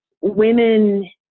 women